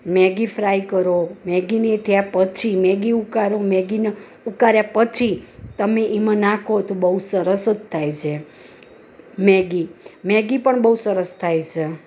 Maggi fry કરો મેગીને ત્યાં પછી મેગીને ઉકાળો મેગી ન ઉકાળ્યા પછી તમે એમાં નાખો તો બહુ સરસ થાય છે મેગી મેગી પણ બહુ સરસ થાય છે